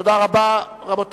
תודה רבה.